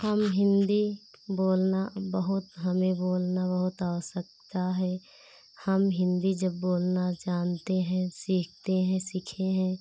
हम हिन्दी बोलना बहुत हमें भी बोलना बहुत आवश्यकता है हम हिन्दी जब बोलना जानते हैं सीखते हैं सीखे हैं